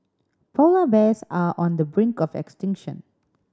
polar bears are on the brink of extinction